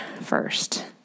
first